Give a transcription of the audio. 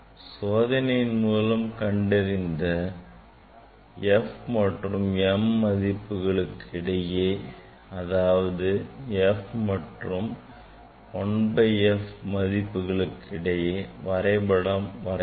சோதனையின் மூலம் கண்டறிந்த f மற்றும் m மதிப்புகளுக்கு இடையே அதாவது f மற்றும் 1m மதிப்புகளுக்கு இடையே வரைபடம் வரையலாம்